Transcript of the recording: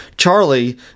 Charlie